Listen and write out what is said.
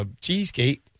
Cheesecake